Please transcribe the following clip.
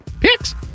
picks